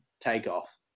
takeoff